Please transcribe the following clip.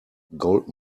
gold